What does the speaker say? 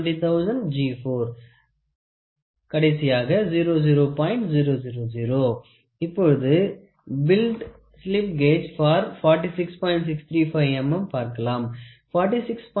635 mm 46